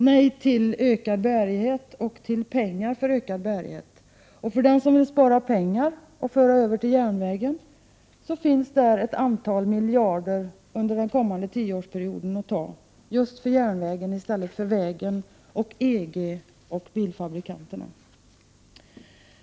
Nej till ökad bärighet och till pengar för ökad bärighet! För den som vill spara pengar för att föra över till järnvägen finns här ett antal miljarder att ta av under den kommande tioårsperioden till järnvägen i stället för att de skall gå till vägen, EG och bilfabrikanterna.